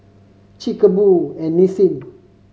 Chic Boo and Nissin